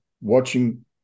watching